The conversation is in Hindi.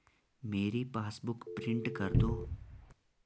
मेरी पासबुक प्रिंट कर दो